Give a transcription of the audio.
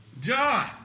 John